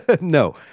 No